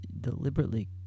Deliberately